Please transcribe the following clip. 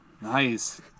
nice